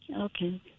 Okay